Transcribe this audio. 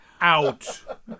out